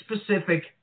specific